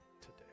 today